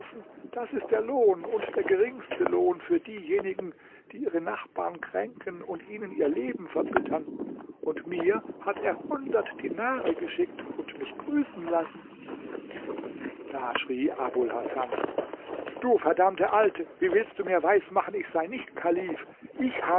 das ist der lohn und der geringste lohn für diejenigen die ihre nachbarn kränken und ihnen ihr leben verbittern und mir hat er hundert dinare geschickt und mich grüßen lassen da schrie abul hasan du verdammte alte wie willst du mir weismachen ich sei nicht kalif